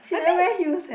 I think